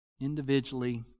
individually